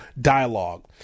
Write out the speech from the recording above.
dialogue